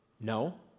No